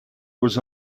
was